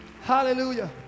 Hallelujah